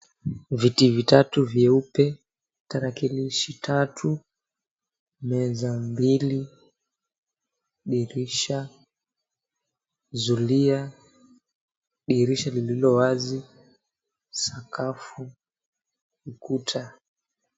Viti vitatu vyeupe, tarakilishi tatu, meza mbili, dirisha, zulia, dirisha lililo wazi, sakafu, ukuta.